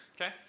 Okay